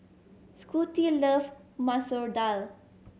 Scotty love Masoor Dal